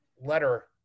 letter